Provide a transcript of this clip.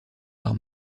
par